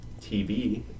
TV